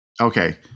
Okay